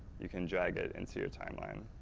you can drag it into your timeline.